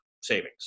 savings